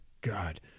God